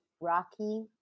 Rocky